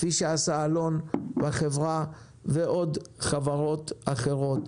כפי שעשה אלון בחברה ועוד חברות אחרות.